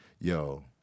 yo